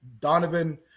Donovan